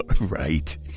Right